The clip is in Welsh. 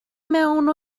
mewn